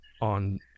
on